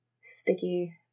sticky